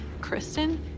Kristen